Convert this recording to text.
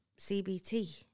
CBT